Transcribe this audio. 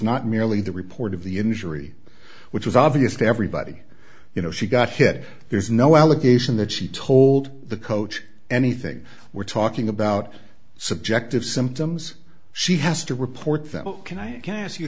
not merely the report of the injury which was obvious to everybody you know she got hit there's no allegation that she told the coach anything we're talking about subjective symptoms she has to report that can i can ask you